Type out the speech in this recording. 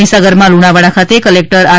મહીસાગરમાં લુણાવાડા ખાતે collector R